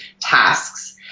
tasks